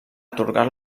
atorgar